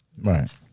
Right